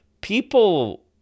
People